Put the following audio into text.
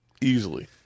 Easily